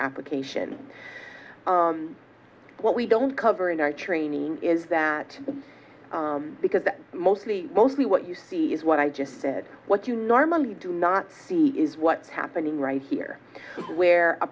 application what we don't cover in our training is that because mostly mostly what you see is what i just said what you normally do not see is what is happening right here where a